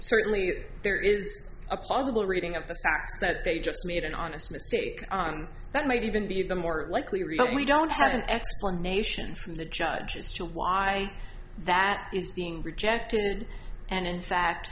certainly there is a plausible reading of the fact that they just made an honest mistake on that might even be the more likely result we don't have an explanation from the judge as to why that is being rejected and in fact